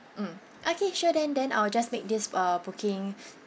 mm okay sure then then I'll just make this uh